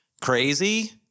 Crazy